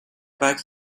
back